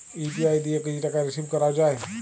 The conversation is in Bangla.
ইউ.পি.আই দিয়ে কি টাকা রিসিভ করাও য়ায়?